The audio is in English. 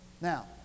Now